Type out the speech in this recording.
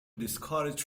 discourage